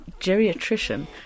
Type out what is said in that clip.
geriatrician